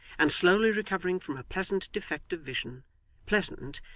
and slowly recovering from a pleasant defect of vision pleasant,